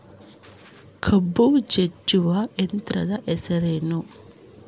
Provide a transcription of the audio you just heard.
ಕಬ್ಬು ಜಜ್ಜುವ ಯಂತ್ರದ ಹೆಸರೇನು?